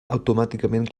automàticament